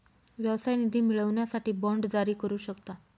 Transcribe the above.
व्यवसाय निधी मिळवण्यासाठी बाँड जारी करू शकता